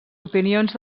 opinions